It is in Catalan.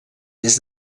des